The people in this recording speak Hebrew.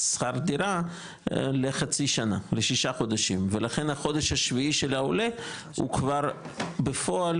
שכר דירה לשישה חודשים ולכן החודש השביעי של העולה הוא כבר בפועל,